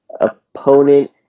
opponent